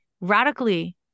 radically